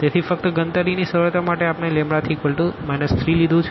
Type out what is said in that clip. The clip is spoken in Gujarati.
તેથી ફક્ત ગણતરીની સરળતા માટે આપણે 3 3લીધું છે